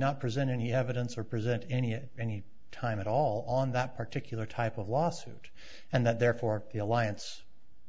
not present any evidence or present any at any time at all on that particular type of lawsuit and that therefore the alliance